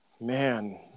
Man